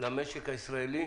למשק הישראלי.